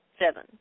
seven